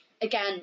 again